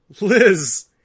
Liz